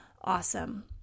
awesome